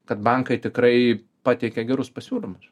kad bankai tikrai pateikia gerus pasiūlymus